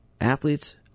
Athletes